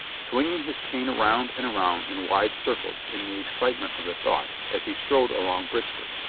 swinging his cane around and around in wide circles in the excitement of the thought, as he strode along briskly.